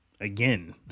again